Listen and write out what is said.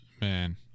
Man